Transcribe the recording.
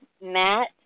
Matt